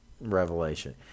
Revelation